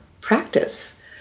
practice